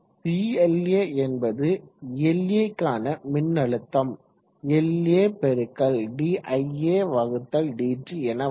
vla என்பது La க்கான மின்னழுத்தம் La diadt என வரும்